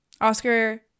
Oscar